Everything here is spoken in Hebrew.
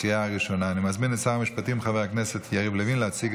אושרה בקריאה ראשונה ותעבור לדיון בוועדת